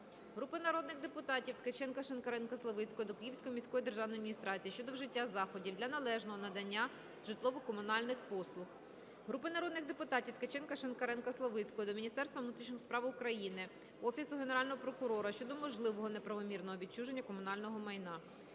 Групи народних депутатів (Ткаченка, Шинкаренка, Славицької) до Київської міської державної адміністрації щодо вжиття заходів для належного надання житлово-комунальних послуг. Групи народних депутатів (Ткаченка, Шинкаренка, Славицької) до Міністерства внутрішніх справ України, Офісу Генерального прокурора щодо можливого неправомірного відчуження комунального майна.